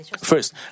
First